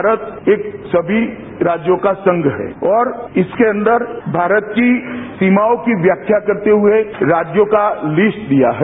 भारत एक सभी राज्यों का संघ है और इसके अंदर भारत की सीमाओं की व्याख्या करते हुए राज्यों का लिस्ट दिया है